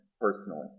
personally